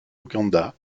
ouganda